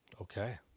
Okay